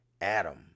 Adam